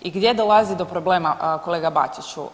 I gdje dolazi do problema kolega Bačiću?